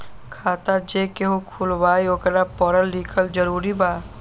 खाता जे केहु खुलवाई ओकरा परल लिखल जरूरी वा?